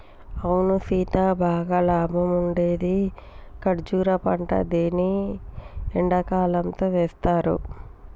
అవును సీత బాగా లాభం ఉండేది కర్బూజా పంట దీన్ని ఎండకాలంతో వేస్తారు